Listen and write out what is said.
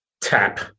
tap